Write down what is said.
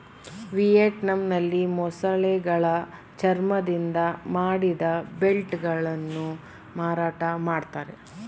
ವಿಯೆಟ್ನಾಂನಲ್ಲಿ ಮೊಸಳೆಗಳ ಚರ್ಮದಿಂದ ಮಾಡಿದ ಬೆಲ್ಟ್ ಗಳನ್ನು ಮಾರಾಟ ಮಾಡ್ತರೆ